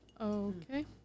Okay